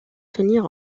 tenir